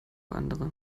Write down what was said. andere